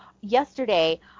yesterday